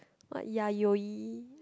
what yayoi